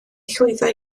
llwyddo